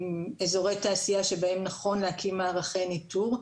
אזורי תעשייה שבהם נכון להקים מערכי ניטור.